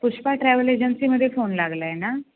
Pushpa travel एजन्सीमध्ये phone लागला आहे ना